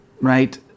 right